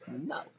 No